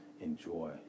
enjoy